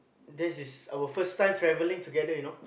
this is our first time traveling together you know